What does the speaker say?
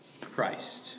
Christ